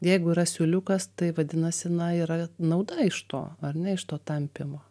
jeigu yra siūliukas tai vadinasi na yra nauda iš to ar ne iš to tampymo